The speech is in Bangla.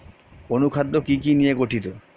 অনুখাদ্য কি কি নিয়ে গঠিত?